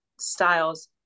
styles